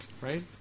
Right